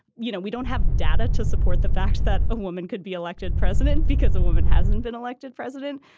you know, we don't have data to support the fact that a woman could be elected president because a woman hasn't been elected president.